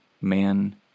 Man